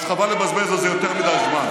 אז חבל לבזבז על זה יותר מדי זמן,